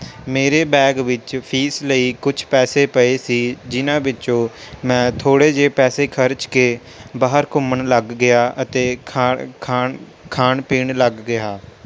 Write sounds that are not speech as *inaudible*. ਮੇਰੇ ਬੈਗ ਵਿੱਚ ਫੀਸ ਲਈ ਕੁਛ ਪੈਸੇ ਪਏ ਸੀ ਜਿਨ੍ਹਾਂ ਵਿੱਚੋਂ ਮੈਂ ਥੋੜ੍ਹੇ ਜਿਹੇ ਪੈਸੇ ਖਰਚ ਕੇ ਬਾਹਰ ਘੁੰਮਣ ਲੱਗ ਗਿਆ ਅਤੇ *unintelligible* ਖਾਣ ਖਾਣ ਪੀਣ ਲੱਗ ਗਿਆ